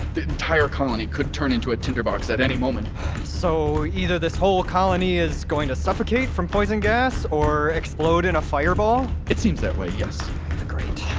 the entire colony could turn into a tinder box at any moment so either this whole colony is going to suffocate from poison gas, or explode in a fireball? it seems that way, yes great